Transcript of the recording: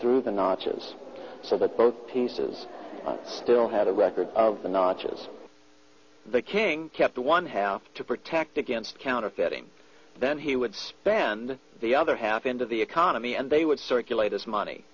through the notches so that both pieces still had a record of the notches the king kept the one half to protect against counterfeiting then he would spend the other half into the economy and they would circulate as money